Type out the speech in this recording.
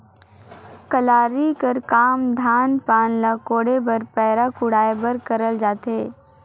कलारी कर काम धान पान ल कोड़े बर पैरा कुढ़ाए बर करल जाथे